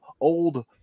old